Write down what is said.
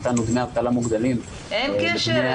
נתנו דמי אבטלה מוגדלים -- אין קשר.